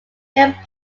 get